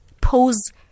pose